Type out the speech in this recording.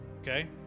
Okay